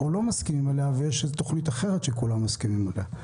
או לא מסכימים עליה או שיש תוכנית אחרת שכולם מסכימים עליה.